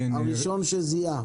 הראשון שזיהה.